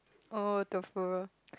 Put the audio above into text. oh tofu